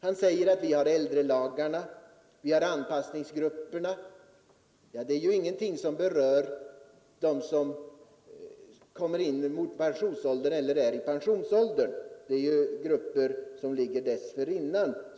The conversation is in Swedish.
Han sade att vi har äldrelagarna och anpassningsgrupperna, men det är ju ingenting som berör dem som närmar sig pensionsåldern eller som redan är pensionerade, utan det berör de grupper som i ålder ligger dessförinnan.